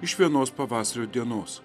iš vienos pavasario dienos